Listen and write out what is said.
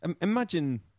imagine